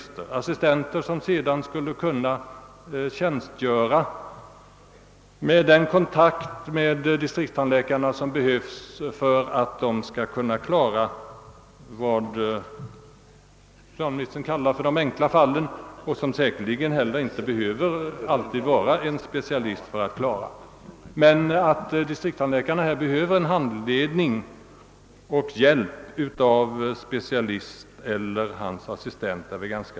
Sådana assistenter skulle kunna stå till tjänst med den kontakt med distriktstandläkarna som är nödvändig för att dessa skall kunna klara de så kallade enkla fallen, för vilka säkerligen inte alltid behövs en specialist. Men det är givet att distriktstandläkarna behöver handledning och hjälp av en specialist eller dennes assistent.